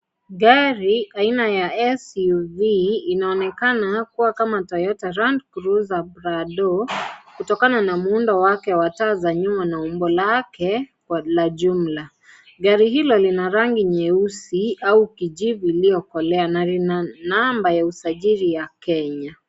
Gari aina ya )SUV inaonekana kuwa kama Toyota Land Cruiser Prado kutokana na muundo wake wa taa za nyuma na umbo lake la jumla, gari hilo lina rangi nyeusi au kijivu iliyokolea na lina namba ya usajili ya Kenya.